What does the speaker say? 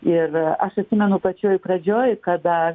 ir aš atsimenu pačioj pradžioj kada